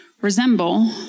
resemble